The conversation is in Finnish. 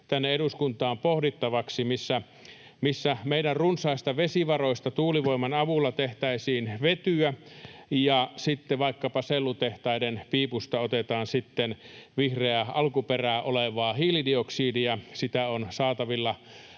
eduskuntaan pohdittavaksi tällaisen vision, missä meidän runsaista vesivaroistamme tuulivoiman avulla tehtäisiin vetyä ja sitten vaikkapa sellutehtaiden piipusta otettaisiin vihreää alkuperää olevaa hiilidioksidia — sitä on saatavilla